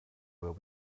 will